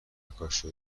نقاشی